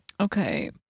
Okay